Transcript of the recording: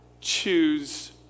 choose